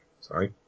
sorry